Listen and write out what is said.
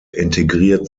integriert